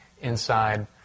inside